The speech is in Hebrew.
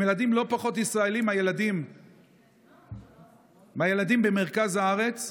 הם ילדים לא פחות ישראלים מהילדים במרכז הארץ,